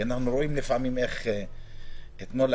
כי אנחנו רואים לפעמים איך זה נעשה.